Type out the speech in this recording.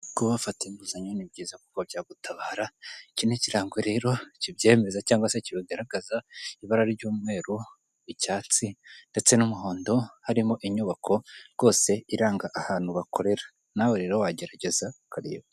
Kuba wafata inguzanyo ni byiza kuko byagutabara iki kirango rero kibyemeza cyangwa se kikagaragaza ibara ry'umweru, icyatsi ndetse n'umuhondo harimo inyubako rwose iranga ahantu bakorera nawe rero wagerageza ukareba.